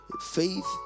faith